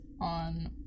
on